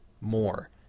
more